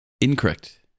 Incorrect